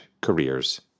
careers